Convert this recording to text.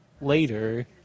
later